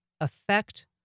affect